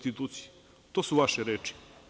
Ti su vaše reči.